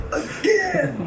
again